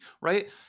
Right